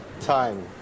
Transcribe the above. time